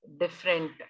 different